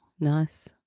nice